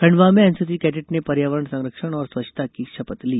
खंडवा में NCC cadet ने पर्यावरण संरक्षण और स्वच्छता की शपथ ली